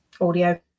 audio